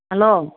hello